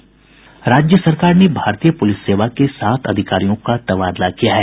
राज्य सरकार ने भारतीय पुलिस सेवा के सात अधिकारियों का तबादला किया है